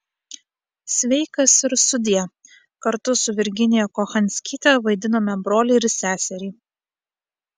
sveikas ir sudie kartu su virginiją kochanskyte vaidinome brolį ir seserį